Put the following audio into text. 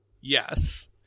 Yes